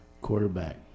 Quarterback